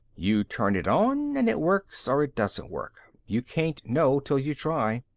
you turn it on and it works or it doesn't work. you can't know till you try.